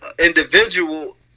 individual